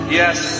yes